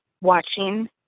watching